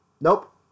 Nope